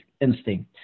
instinct